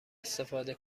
استفاده